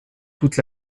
toute